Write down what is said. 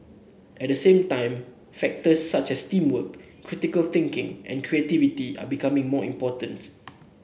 at the same time factors such as teamwork critical thinking and creativity are becoming more important